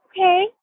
okay